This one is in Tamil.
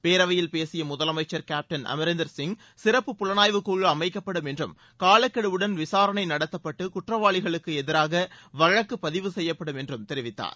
பேரவையில் பேசிய முதலமைச்சா கேப்டன் அமரிந்தா் சிங் சிறப்பு புலணாய்வுக் குழு அமைக்கப்படும் என்றும் காலக்கெடுவுடன் விசானை நடத்தப்பட்டு குற்றவாளிகளுக்கு எதிராக வழக்கு பதிவு செய்யப்படும் என்றும் தெரிவித்தார்